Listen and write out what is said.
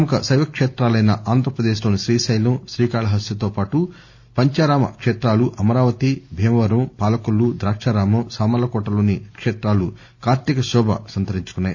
ప్రముఖ శైవ కేత్రాలైన ఆంధ్రప్రదేశ్ లోని శ్రీశైలం శ్రీకాళహస్తితో పాటు పంచారామ క్షేత్రాలు అమరావతి భీమవరం పాలకొల్లు ద్రాకారామం సామర్లకోటలోని క్షేత్రాలు కార్తీక శోభ సంతరించుకున్నాయి